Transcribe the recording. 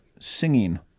singing